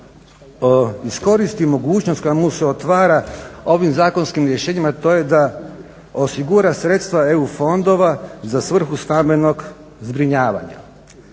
iskoristi mogućnost koja mu se otvara ovim zakonskim rješenjima, to je da osigura sredstva EU-fondova za svrhu stambenog zbrinjavanja.